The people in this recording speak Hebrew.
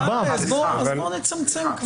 בוא נצמצם.